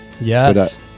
Yes